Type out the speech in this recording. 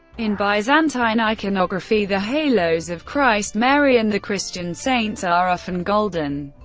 in byzantine iconography the halos of christ, mary and the christian saints are often golden.